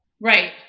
Right